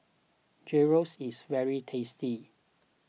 Gyros is very tasty